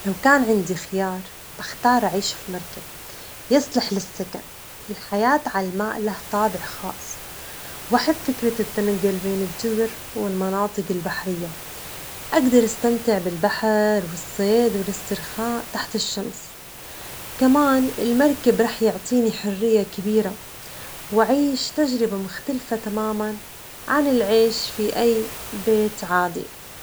لو كان عندي خيار، بختار أعيش في مركب يصلح للسكن، الحياة على الماء لها طابع خاص وأحب فكرة التنجل بين الجزر والمناطج البحرية، أجدر أستمتع بالبحر والصيد والاسترخاء تحت الشمس، كمان المركب رح يعطيني حرية كبيرة وأعيش تجربة مختلفة تماماً عن العيش في أي بيت عادي.